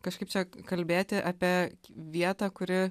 kažkaip čia kalbėti apie vietą kuri